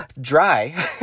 dry